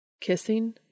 Kissing